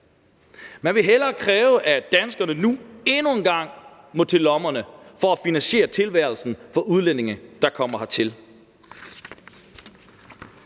Man vil hellere kræve, at danskerne nu endnu en gang må til lommerne for at finansiere tilværelsen for udlændinge, der kommer hertil,